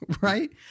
right